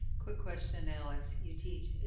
quick question, alex, you teach,